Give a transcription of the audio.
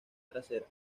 trasera